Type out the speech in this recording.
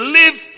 live